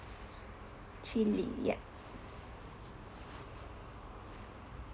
chilli yup